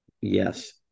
Yes